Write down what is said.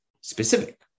specific